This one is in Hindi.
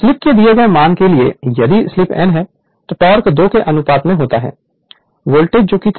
स्लीप के दिए गए मान के लिए यदि स्लिप n है तो टोक़ 2 के अनुपात में होता है वोल्टेज जो कि थेवेनिन वोल्टेज है